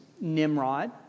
Nimrod